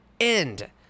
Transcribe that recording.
end